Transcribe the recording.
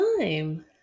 time